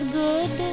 good